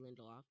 Lindelof